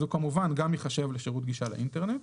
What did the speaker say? אז הוא כמובן גם ייחשב לשירות גישה לאינטרנט.